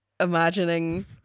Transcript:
imagining